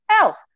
else